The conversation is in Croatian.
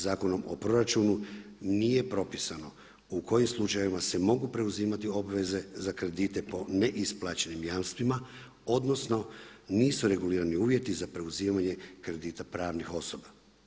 Zakonom o proračunu nije propisano u kojim slučajevima se mogu preuzimati obveze za kredite po neisplaćenim jamstvima, odnosno nisu regulirani uvjeti za preuzimanje kredita pravnih osoba.